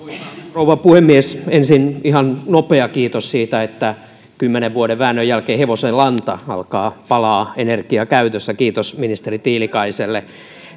rouva puhemies ensin ihan nopea kiitos siitä että kymmenen vuoden väännön jälkeen hevosenlanta alkaa palaa energiakäytössä kiitos ministeri tiilikaiselle